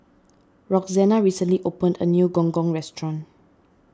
Roxana recently opened a new Gong Gong restaurant